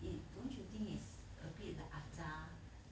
it don't you think is a bit like acar